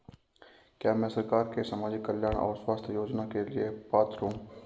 क्या मैं सरकार के सामाजिक कल्याण और स्वास्थ्य योजना के लिए पात्र हूं?